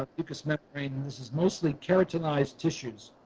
but mucous membranes. and this is mostly keratinized tissue.